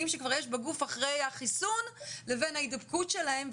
שכבר יש בגוף אחרי החיסון לבין ההידבקות שלהם,